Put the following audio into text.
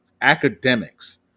academics